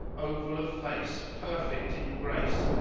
oval of face, perfect in grace,